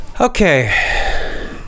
Okay